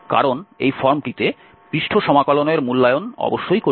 কারণ এই ফর্মটিতে পৃষ্ঠ সমাকলনের মূল্যায়ন অবশ্যই কঠিন